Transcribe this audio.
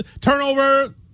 turnover